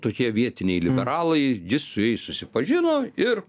tokie vietiniai liberalai jis su jais susipažino ir